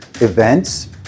events